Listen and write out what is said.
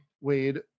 Wade